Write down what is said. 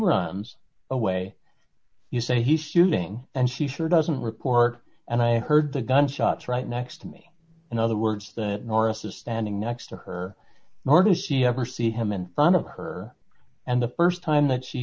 runs away you say he's shooting and she doesn't report and i heard the gunshots right next to me in other words that norris is standing next to her nor does she ever see him in front of her and the st time that she